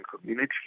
community